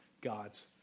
God's